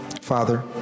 father